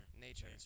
Nature